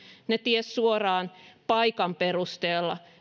he tiesivät suoraan paikan perusteella